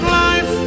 life